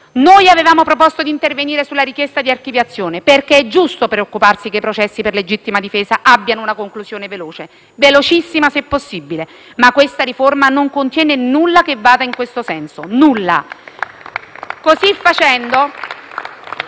Noi avevamo proposto di intervenire sulla richiesta di archiviazione. Perché è giusto preoccuparsi che i processi per legittima difesa abbiano una conclusione veloce, velocissima se possibile. Ma questa riforma non contiene nulla che vada in questo senso. Nulla. *(Applausi